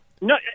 No